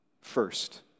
first